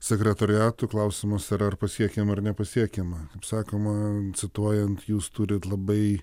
sekretoriatų klausimas ar pasiekiama ar nepasiekiama sakoma cituojant jūs turit labai